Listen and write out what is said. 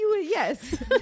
Yes